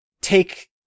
take